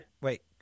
Wait